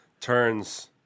turns